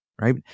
right